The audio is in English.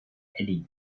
eddie